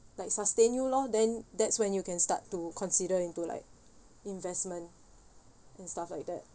like sustain you lor then that's when you can start to consider into like investment and stuff like that